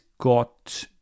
got